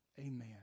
Amen